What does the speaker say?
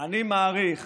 אני מעריך